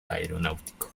aeronáutico